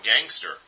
gangster